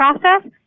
process